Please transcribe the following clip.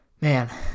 man